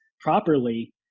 properly